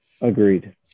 Agreed